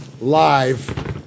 live